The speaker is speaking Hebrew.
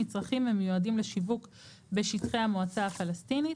מצרכים המיועדים לשיווק בשטחי המועצה הפלסטינית,